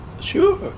Sure